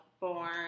born